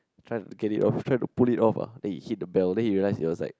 try to get it off try to pull it off ah then he hit the bell then he realize it was like